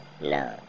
no